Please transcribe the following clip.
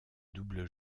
double